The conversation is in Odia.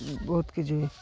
ବହୁତ କିଛି